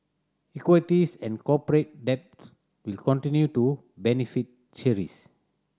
equities and corporate debt will continue to beneficiaries